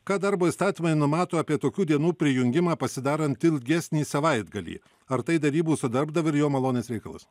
ką darbo įstatymai numato apie tokių dienų prijungimą pasidarant ilgesnį savaitgalį ar tai derybų su darbdaviu ir jo malonės reikalas